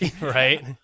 right